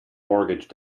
mortgage